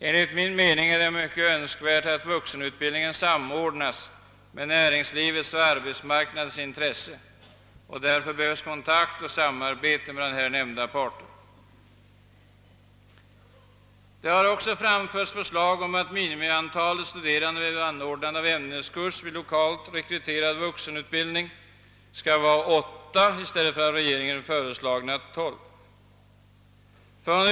Enligt min mening är det mycket önskvärt att vuxenutbildningen samordnas med näringslivets och arbetsmarknadens intressen. Därför behövs kontakt och samarbete mellan här nämnda parter. Det har också framförts förslag om att minimiantalet studerande vid anordnande av ämneskurs vid lokalt rekryterad vuxenutbildning skall vara 8 i stället för av regeringen föreslagna 12.